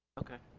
ok